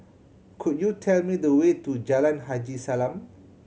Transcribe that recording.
could you tell me the way to Jalan Haji Salam